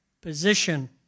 position